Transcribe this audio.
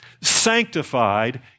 sanctified